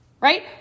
right